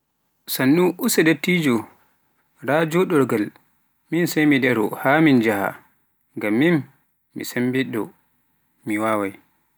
Sannu dottijo, raa joɗorgal, min sai mi daro haa min jaah, ngam min mi sambiɗɗo, mi wawai.